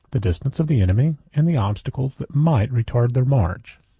the distance of the enemy, and the obstacles that might retard their march.